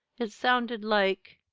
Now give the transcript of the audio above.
it sounded like